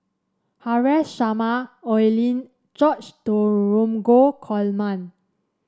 Haresh Sharma Oi Lin George Dromgold Coleman